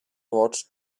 watched